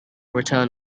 return